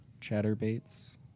Chatterbaits